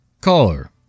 Caller